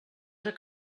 que